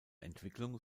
entwicklung